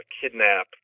kidnap